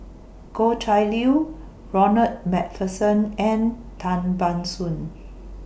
Goh Chiew Lye Ronald MacPherson and Tan Ban Soon